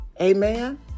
Amen